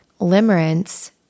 Limerence